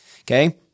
Okay